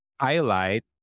highlight